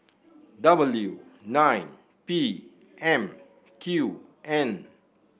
W nine P M Q N